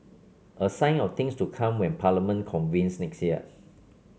a sign of things to come when parliament convenes next year